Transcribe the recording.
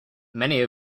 many